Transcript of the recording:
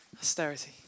Austerity